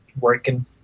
working